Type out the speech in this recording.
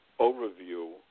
overview